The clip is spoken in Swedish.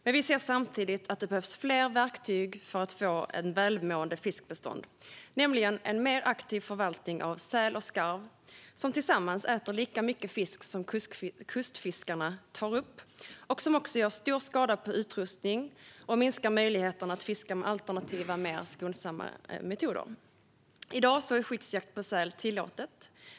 Men vi ser samtidigt att det behövs fler verktyg för att få ett välmående fiskbestånd, nämligen en mer aktiv förvaltning av säl och skarv. De äter tillsammans lika mycket fisk som kustfiskarna tar upp. Säl och skarv gör också stor skada på utrustning och nät och minskar möjligheterna att fiska med alternativa, mer skonsamma metoder. I dag är skyddsjakt på säl tillåtet.